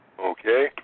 Okay